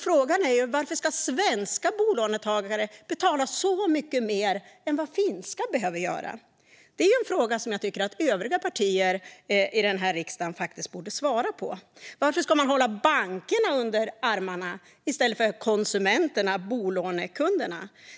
Frågan är: Varför ska svenska bolånetagare betala så mycket mer än vad finska behöver göra? Det är en fråga som jag tycker att övriga partier i denna riksdag faktiskt borde svara på. Varför ska man hålla bankerna under armarna i stället för konsumenterna, bolånekunderna?